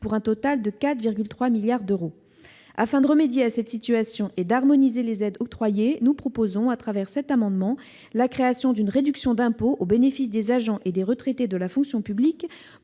pour un total de 4,3 milliards d'euros. Afin de remédier à cette situation de déséquilibre et d'harmoniser les aides octroyées, nous proposons la création d'une réduction d'impôt au bénéfice des agents et des retraités de la fonction publique